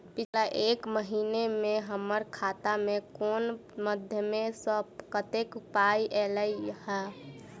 पिछला एक महीना मे हम्मर खाता मे कुन मध्यमे सऽ कत्तेक पाई ऐलई ह?